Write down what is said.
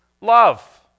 love